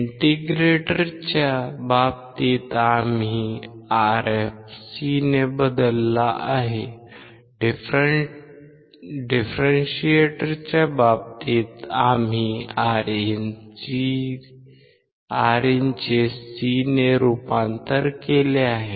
इंटिग्रेटरच्या बाबतीत आम्ही Rf C ने बदलला आहे डिफरेंशिएटरच्या बाबतीत आपण Rin चे C ने रूपांतर केले आहे